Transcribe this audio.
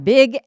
Big